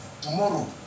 tomorrow